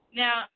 now